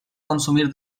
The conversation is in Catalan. consumir